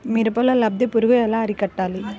మిరపలో లద్దె పురుగు ఎలా అరికట్టాలి?